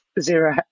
zero